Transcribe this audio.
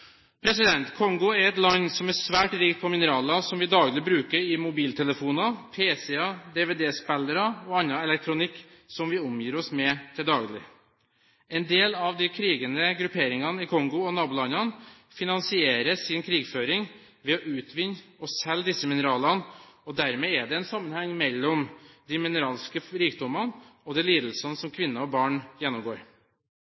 Kongo er et land som er svært rikt på mineraler som vi bruker i mobiltelefoner, pc-er, dvd-spillere og annen elektronikk som vi omgir oss med til daglig. En del av de krigende grupperingene i Kongo og nabolandene finansierer sin krigføring ved å utvinne og selge disse mineralene, og dermed er det en sammenheng mellom de mineralske rikdommene og de lidelsene som